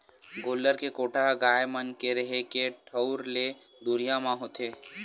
गोल्लर के कोठा ह गाय मन के रेहे के ठउर ले दुरिया म होथे